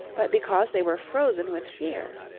but because they were frozen with fear!